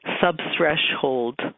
sub-threshold